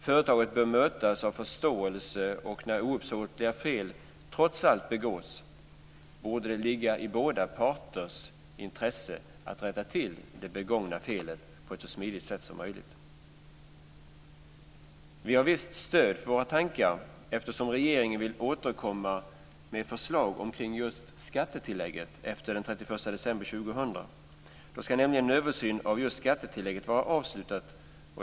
Företagen bör mötas av förståelse, och när ouppsåtliga fel trots allt begåtts borde det ligga i båda parters intresse att rätta till det begångna felet på ett så smidigt sätt som möjligt. Vi har visst stöd för våra tankar, eftersom regeringen vill återkomma med förslag omkring just skattetillägget efter den 31 december 2000. Då ska nämligen en översyn av just skattetillägget vara avslutad.